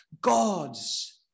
gods